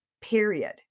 period